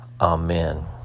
Amen